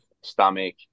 stomach